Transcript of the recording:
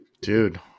dude